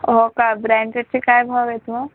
हो का ब्रँडेटचे काय भाव आहेत मग